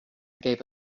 gave